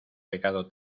pecado